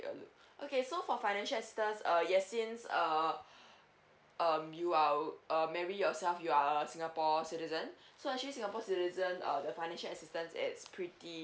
take a look okay so for financial assistance uh yes since err um you are um mary yourself you're singapore citizen so actually singapore citizen uh the financial assistance is pretty